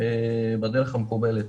בדרך המקובלת.